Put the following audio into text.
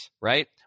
Right